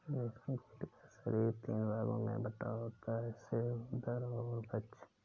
रेशम कीट का शरीर तीन भागों में बटा होता है सिर, उदर और वक्ष